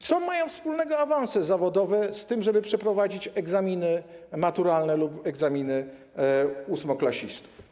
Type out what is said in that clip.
Co mają wspólnego awanse zawodowe z tym, żeby przeprowadzić egzaminy maturalne lub egzaminy ósmoklasistów?